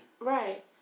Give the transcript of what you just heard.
right